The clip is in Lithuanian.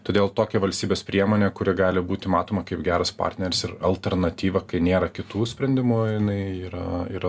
todėl tokia valstybės priemonė kuri gali būti matoma kaip geras partneris ir alternatyva kai nėra kitų sprendimų jinai yra yra